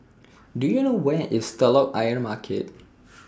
Do YOU know Where IS Telok Ayer Market